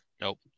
Nope